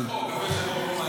קפה שחור.